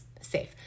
safe